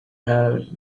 had